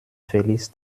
felix